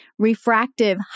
refractive